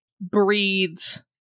breeds